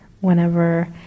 whenever